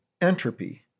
entropy